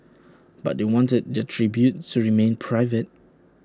but they wanted their tributes to remain private